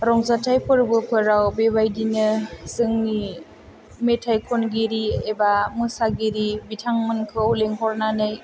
रंजाथाय फोरबोफोराव बेबायदिनो जोंनि मेथाइ खनगिरि एबा मोसागिरि बिथांमोनखौ लेंहरनानै